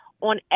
on